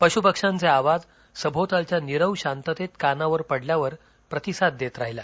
पशुपक्षांचे आवाज सभोवतालच्या नीरव शांततेत कानावर पडल्यावर प्रतिसाद देत राहिला